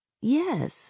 Yes